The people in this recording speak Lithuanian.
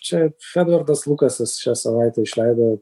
čia edvardas lukasas šią savaitę išleido